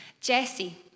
Jesse